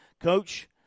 Coach